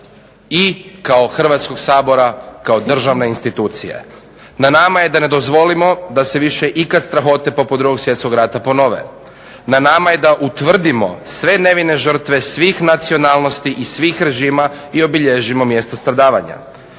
i kao Hrvatskog sabora kao državne institucije. Na nama je da ne dozvolimo da se više ikad strahote poput Drugog svjetskog rata ponove. Na nama je da utvrdimo sve nevine žrtve svih nacionalnosti i svih režima i obilježimo mjesta stradavanja.